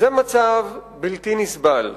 זה מצב בלתי נסבל.